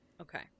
Okay